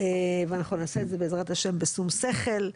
ואנחנו נעשה את זה בעזרת ה' בשום שכל.